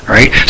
Right